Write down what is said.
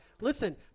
Listen